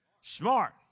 Smart